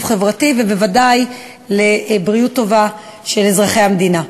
חברתי ובוודאי לבריאות טובה של אזרחי המדינה.